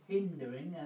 Hindering